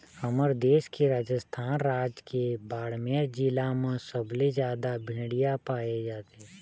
हमर देश के राजस्थान राज के बाड़मेर जिला म सबले जादा भेड़िया पाए जाथे